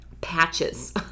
Patches